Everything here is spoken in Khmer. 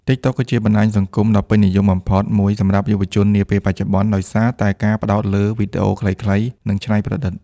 TikTok គឺជាបណ្ដាញសង្គមដ៏ពេញនិយមបំផុតមួយសម្រាប់យុវជននាពេលបច្ចុប្បន្ន ដោយសារតែការផ្ដោតលើ វីដេអូខ្លីៗ និងច្នៃប្រឌិត។